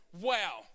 wow